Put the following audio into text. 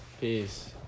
Peace